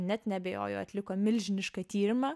net neabejoju atliko milžinišką tyrimą